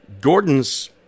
gordon's